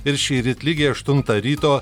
ir šįryt lygiai aštuntą ryto